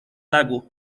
lago